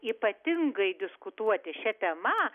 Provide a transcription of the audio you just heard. ypatingai diskutuoti šia tema